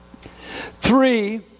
three